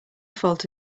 fault